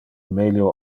melio